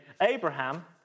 Abraham